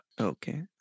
Okay